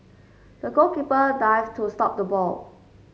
the goalkeeper dived to stop the ball